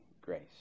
grace